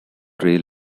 rail